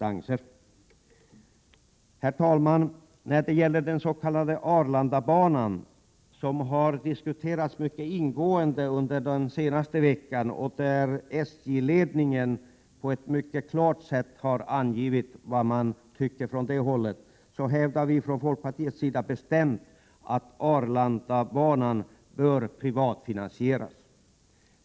Herr talman! Den s.k. Arlandabanan har diskuterats mycket ingående under den senaste veckan. SJ-ledningen har på ett klart sätt angivit vad man tycker. Från folkpartiets sida hävdar vi bestämt att Arlandabanan bör privatfinansieras.